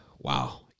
Wow